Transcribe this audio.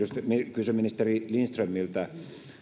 kysyn ministeri lindströmiltä